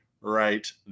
right